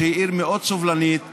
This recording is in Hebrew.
שהיא עיר מאוד סובלנית,